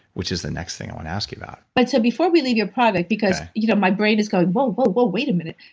which is the next thing i want to ask you about but, so before we leave your product, because you know my brain is going, whoa, whoa, whoa, wait a minute,